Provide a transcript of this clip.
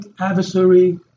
adversary